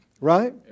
Right